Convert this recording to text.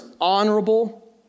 honorable